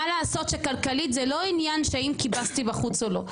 מה לעשות שכלכלית זה לא עניין שאם כיבסתי בחוץ או לא.